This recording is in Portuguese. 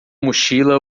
mochila